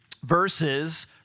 verses